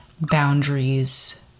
boundaries